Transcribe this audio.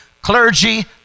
clergy